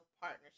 partnership